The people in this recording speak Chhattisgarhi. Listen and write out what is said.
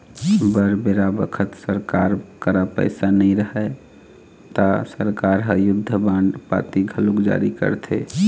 बर बेरा बखत सरकार करा पइसा नई रहय ता सरकार ह युद्ध बांड पाती घलोक जारी करथे